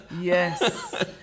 Yes